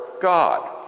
God